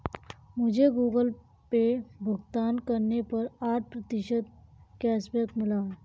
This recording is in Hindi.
मुझे गूगल पे भुगतान करने पर आठ प्रतिशत कैशबैक मिला है